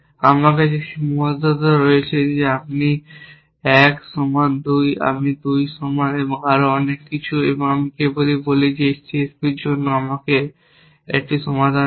আমার কাছে সীমাবদ্ধতা রয়েছে যে আমি 1 সমান 2 আমি 2 সমান এবং আরও অনেক কিছু এবং আমি কেবল বলি এই C S P এর জন্য আমাকে একটি সমাধান দিন